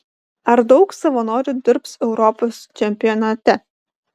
ar daug savanorių dirbs europos čempionate